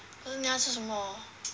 可是你要吃什么